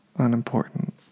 Unimportant